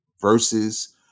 verses